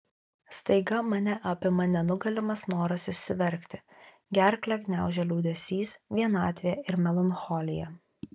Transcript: staiga mane apima nenugalimas noras išsiverkti gerklę gniaužia liūdesys vienatvė ir melancholija